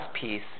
peace